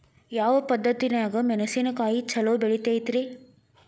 ಯಾವ ಪದ್ಧತಿನ್ಯಾಗ ಮೆಣಿಸಿನಕಾಯಿ ಛಲೋ ಬೆಳಿತೈತ್ರೇ?